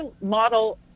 model